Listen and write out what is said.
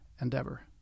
endeavor